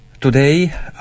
Today